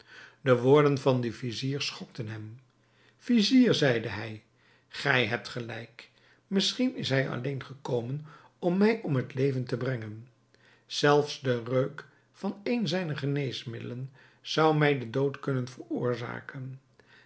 de woorden van den vizier schokten hem vizier zeide hij gij hebt gelijk misschien is hij alleen gekomen om mij om het leven te brengen zelfs de reuk van een zijner geneesmiddelen zou mij den dood kunnen veroorzaken